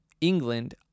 England